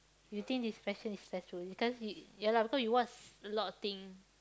you think depression is ya lah because you watch a lot of thing